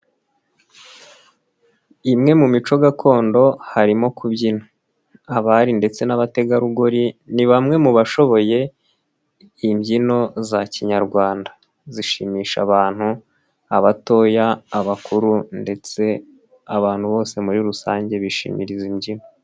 Imwe mu mico gakondo harimo kubyina. Abari ndetse n'abategarugori ni bamwe mu bashoboye imbyino za kinyarwanda, zishimisha abantu, abatoya, abakuru ndetse abantu bose muri rusange bishimira izi mbyino.